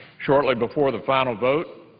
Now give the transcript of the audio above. shortly before the final vote,